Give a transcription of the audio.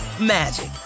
magic